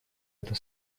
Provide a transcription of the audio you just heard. это